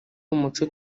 umuco